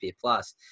plus